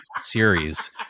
series